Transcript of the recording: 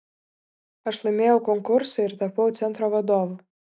aš laimėjau konkursą ir tapau centro vadovu